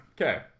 Okay